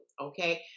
Okay